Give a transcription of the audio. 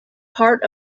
part